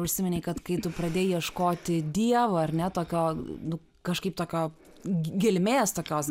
prisiminei kad kai tu pradėjai ieškoti dievo ar ne tokio nu kažkaip tokio g gelmės tokios